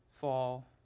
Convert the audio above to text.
fall